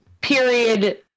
period